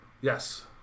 Yes